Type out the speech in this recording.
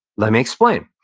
let me explain.